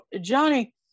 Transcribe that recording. Johnny